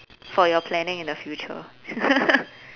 for your planning in the future